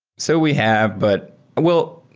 so, we have, but well,